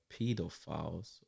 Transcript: pedophiles